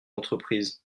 entreprises